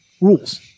rules